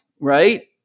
right